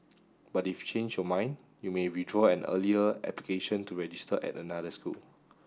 but if you change your mind you may withdraw an earlier application to register at another school